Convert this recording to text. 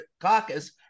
caucus